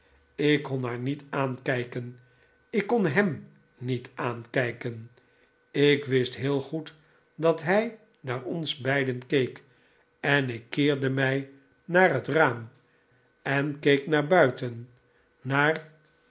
ik kon haar niet aankijken ik kon hem niet aankijken ik wist heel goed dat hij naar ons beiden keek en ik keerde mij naar het raam en keek daar buiten naar